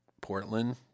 Portland